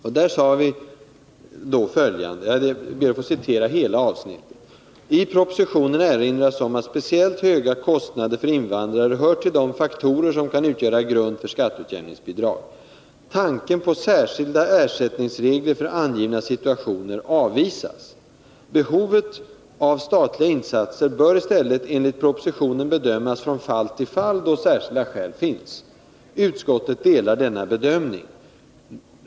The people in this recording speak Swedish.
Utskottet sade då följande — jag ber att få citera hela avsnittet: ”I propositionen erinras om att speciellt höga kostnader för invandrare hör till de faktorer som kan utgöra grund för skatteutjämningsbidrag. Tanken på särskilda ersättningsregler för angivna situationer avvisas. Behovet av statliga insatser bör i stället enligt propositionen bedömas från fall till fall, då särskilda skäl finns. Utskottet delar denna uppfattning.